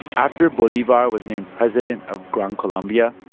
after bolivar was named president of gran colombia,